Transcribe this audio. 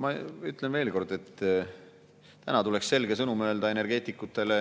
Ma ütlen veel kord, et tuleks selge sõnum öelda energeetikutele